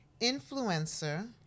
influencer